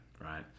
right